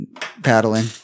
paddling